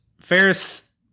Ferris